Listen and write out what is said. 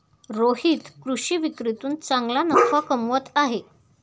रोहित कृषी विक्रीतून चांगला नफा कमवत आहे